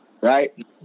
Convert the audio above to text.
Right